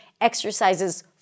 exercises